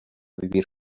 vivir